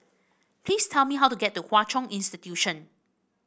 please tell me how to get to Hwa Chong Institution